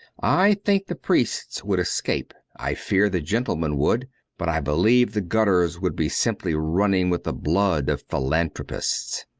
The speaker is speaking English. i think the priests would escape, i fear the gentlemen, would but i believe the gutters would be simply running with the blood of philanthropists.